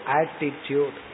attitude